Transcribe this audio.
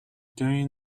during